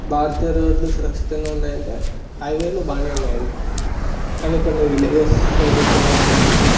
భారతీయ రోడ్లు సురక్షితంగా ఉన్నాయా అంటే హైవేలు బాగానే ఉన్నాయి అండి కానీ కొన్ని విలేజెస్ సైడ్ కొంచెం రోడ్స్